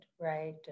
right